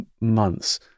months